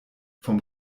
vom